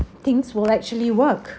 things will actually work